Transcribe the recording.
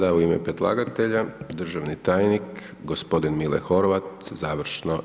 I sada u ime predlagatelja državni tajnik gospodin Mile Horvat, završno.